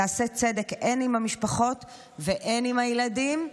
ותעשה צדק הן עם המשפחות והן עם הילדים.